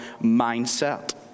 mindset